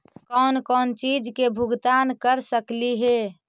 कौन कौन चिज के भुगतान कर सकली हे?